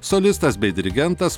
solistas bei dirigentas